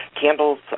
candles